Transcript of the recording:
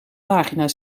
pagina